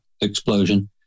explosion